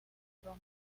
roma